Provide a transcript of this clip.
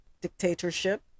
dictatorship